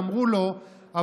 ואמרו לו,